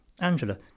Angela